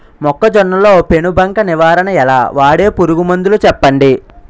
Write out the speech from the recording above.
మొక్కజొన్న లో పెను బంక నివారణ ఎలా? వాడే పురుగు మందులు చెప్పండి?